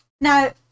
now